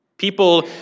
People